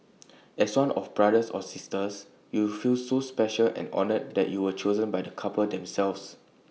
as one of brothers or sisters you feel so special and honoured that you were chosen by the couple themselves